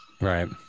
Right